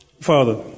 Father